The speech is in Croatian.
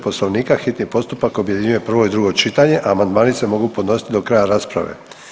Poslovnika hitni postupak objedinjuje prvo i drugo čitanje, a amandmani se mogu podnositi do kraja rasprave.